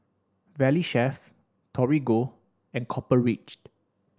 Valley Chef Torigo and Copper Ridge